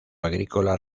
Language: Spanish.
agrícola